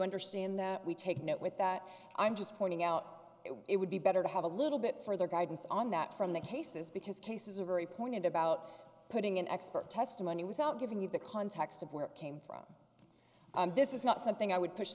understand that we take note with that i'm just pointing out it would be better to have a little bit further guidance on that from the cases because cases are very pointed about putting an expert testimony without giving you the context of where it came from this is not something i would push